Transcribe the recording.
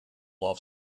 off